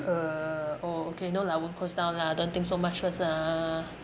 uh oh okay no lah won't close down lah don't think so much first lah